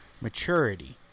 Maturity